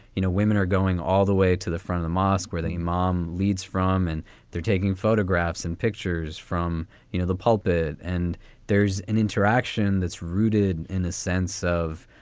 you know, women are going all the way to the front of a mosque where the mom leads from, and they're taking photographs and pictures from you know the pulpit. and there's an interaction that's rooted in a sense of,